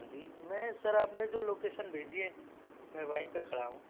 जी मैं सर आपने जो लोकेशन भेजी है मैं वहीं पर खड़ा हूँ